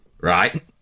right